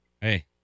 Hey